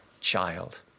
child